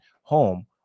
home